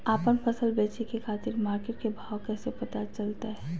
आपन फसल बेचे के खातिर मार्केट के भाव कैसे पता चलतय?